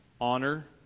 honor